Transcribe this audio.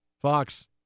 Fox